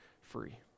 free